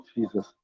Jesus